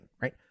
right